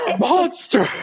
monster